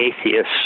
atheists